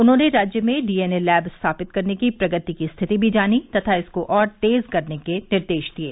उन्होंने राज्य में डीएनए लैब स्थापित करने की प्रगति की स्थिति भी जानी तथा इसको और तेज करने के निर्देश दिये